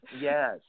yes